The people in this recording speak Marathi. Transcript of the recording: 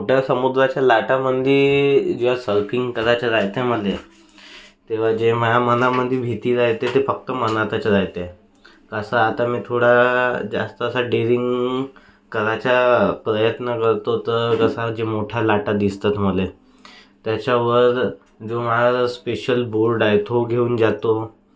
मोठ्या समुद्राच्या लाटांमध्ये जेव्हा सर्फिंग करायचे राह्यते मला तेव्हा जे माझ्या मनामध्ये भीती राहते ते फक्त मनातच राह्यते कसं आता मी थोडा जास्त असा डेअरिंग करायचा प्रयत्न करतो तर कसा जे मोठ्या लाटा दिसतात मला त्याच्यावर जो माझा स्पेसिअल बोर्ड आहे तो घेऊन जातो